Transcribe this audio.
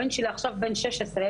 הבן שלי בן 16,